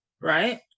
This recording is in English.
right